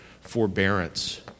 forbearance